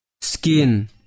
skin